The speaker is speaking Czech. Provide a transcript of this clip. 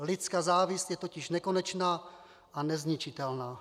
Lidská závist je totiž nekonečná a nezničitelná.